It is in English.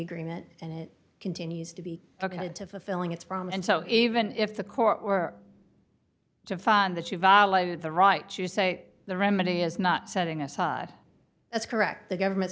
agreement and it continues to be okayed to fulfilling its from and so even if the court were to found that you violated the right to say the remedy is not setting aside that's correct the government